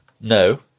No